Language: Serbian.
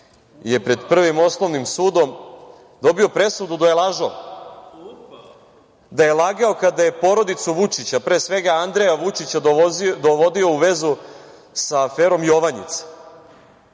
je pred Prvim osnovnim sudom dobio presudu da je lažov. Da je lagao kada je porodicu Vučića, pre svega Andreja Vučića dovodio u vezu za aferom „Jovanjica“.